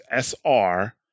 SR